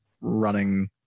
running